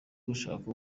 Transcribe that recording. ugushaka